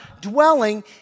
dwelling